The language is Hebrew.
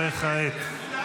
וכעת?